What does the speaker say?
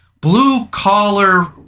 blue-collar